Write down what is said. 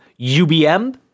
UBM